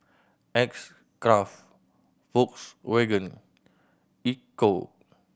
X Craft Volkswagen Ecco